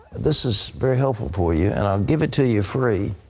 this is very helpful for you. and i'll give it to you free.